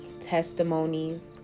testimonies